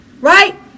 Right